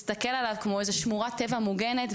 להסתכל עליו כמו איזו שמורת טבע מוגנת,